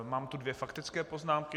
Mám tu dvě faktické poznámky.